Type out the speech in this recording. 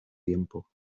tiempo